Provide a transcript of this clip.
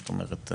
זאת אומרת,